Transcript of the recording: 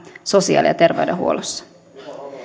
sosiaali ja terveydenhuollossa